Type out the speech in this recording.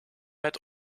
met